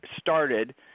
started